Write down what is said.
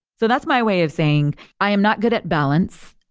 so that's my way of saying i am not good at balance,